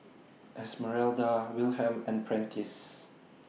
Esmeralda Wilhelm and Prentice